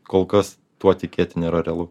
kol kas tuo tikėti nėra realu